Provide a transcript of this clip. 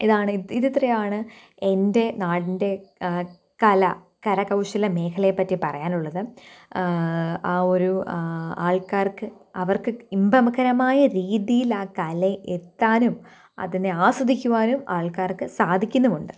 ഇതാണ് ഇ ഇതിത്രയാണ് എൻ്റെ നാടിൻ്റെ കല കരകൗശല മേഖലയെപ്പറ്റി പറയാനുള്ളതും ആ ഒരു ആൾക്കാർക്ക് അവർക്ക് ഇമ്പകരമായ രീതിയിലാ കലെ എത്താനും അതിനെ ആസ്വദിക്കുവാനും ആൾക്കാർക്ക് സാധിക്കുന്നുമുണ്ട്